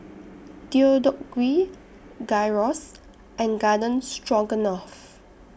Deodeok Gui Gyros and Garden Stroganoff